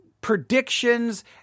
predictions